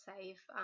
safe